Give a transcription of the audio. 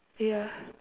ya